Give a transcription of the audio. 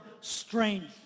strength